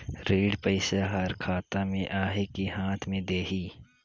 ऋण पइसा हर खाता मे आही की हाथ मे देही?